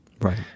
right